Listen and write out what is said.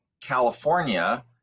California